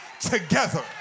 together